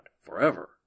forever